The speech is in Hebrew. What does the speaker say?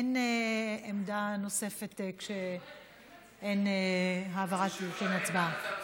אין עמדה נוספת כשאין העברה, הצבעה.